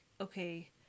okay